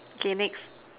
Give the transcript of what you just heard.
okay next